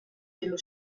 dello